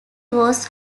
was